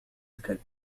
الكلب